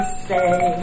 say